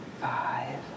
five